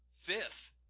Fifth